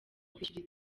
kwishyura